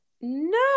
No